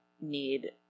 need